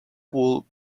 would